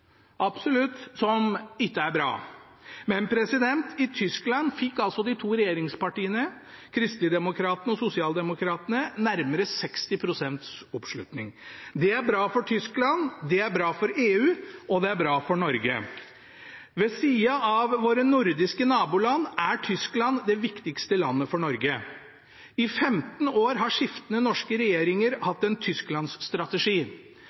som ikke er bra. Men i Tyskland fikk altså de to regjeringspartiene – kristeligdemokratene og sosialdemokratene – nærmere 60 pst. oppslutning. Det er bra for Tyskland, det er bra for EU, og det er bra for Norge. Ved sida av våre nordiske naboland er Tyskland det viktigste landet for Norge. I 15 år har skiftende norske regjeringer